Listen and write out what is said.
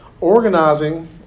Organizing